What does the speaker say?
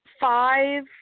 five